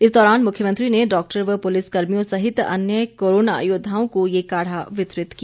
इस दौरान मुख्यमंत्री ने डॉक्टर व पुलिस कर्मियों सहित अन्य कोरोना योद्वाओं को ये काढ़ा वितरित किया